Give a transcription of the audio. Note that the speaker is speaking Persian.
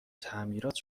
تعمیرات